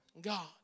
God